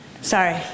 Sorry